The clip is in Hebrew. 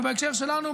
ובהקשר שלנו,